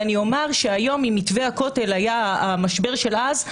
ואני אומר שהיום אם מתווה הכותל היה המשבר של אז,